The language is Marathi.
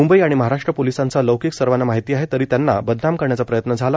मुंबई आणि महाराष्ट्र पोलिसांचा लौकिक सर्वांना माहिती आहे तरी त्यांना बदनाम करण्याचा प्रयत्न झाला